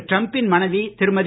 டிரம்பின் மனைவி திருமதி